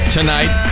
Tonight